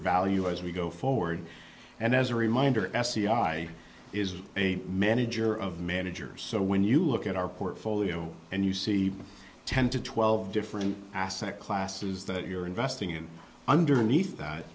value as we go forward and as a reminder sci is a manager of managers so when you look at our portfolio and you see ten to twelve different asset classes that you're investing in underneath that